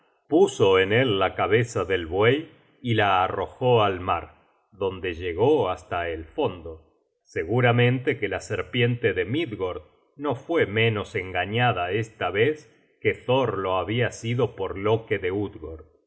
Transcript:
puso en él la cabeza del buey y la arrojó al mar donde llegó hasta el fondo seguramente que la serpiente de midgord no fue menos engañada esta vez que thor lo habia sido por loke de